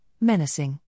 menacing